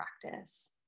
practice